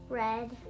red